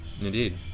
Indeed